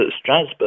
Strasbourg